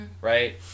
right